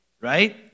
right